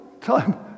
time